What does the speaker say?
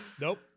nope